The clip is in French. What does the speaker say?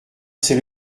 c’est